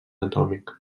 atòmic